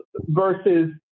versus